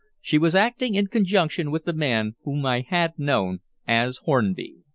she was acting in conjunction with the man whom i had known as hornby.